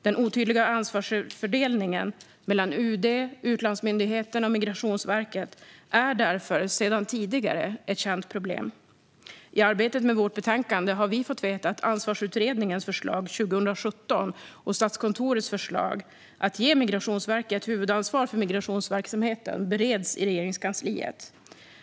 Den otydliga ansvarsfördelningen mellan UD, utlandsmyndigheterna och Migrationsverket är därför sedan tidigare ett känt problem. I arbetet med vårt betänkande har vi fått veta att Ansvarsutredningens förslag 2017 och Statskontorets förslag att ge Migrationsverket huvudansvar för migrationsverksamheten bereds i Regeringskansliet.